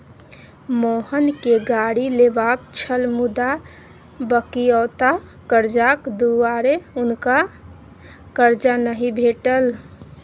मोहनकेँ गाड़ी लेबाक छल मुदा बकिऔता करजाक दुआरे हुनका करजा नहि भेटल